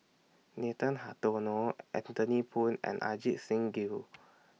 Nathan Hartono Anthony Poon and Ajit Singh Gill